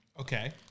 Okay